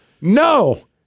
no